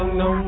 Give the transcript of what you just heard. no